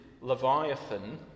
Leviathan